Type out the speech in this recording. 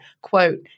quote